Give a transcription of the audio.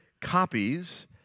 copies